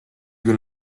küll